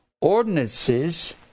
ordinances